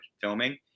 filming